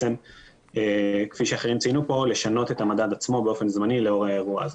אני לא מדבר על שינוי המדד באופן זמני.